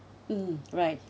mm right